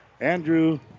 Andrew